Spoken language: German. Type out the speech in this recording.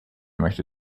möchte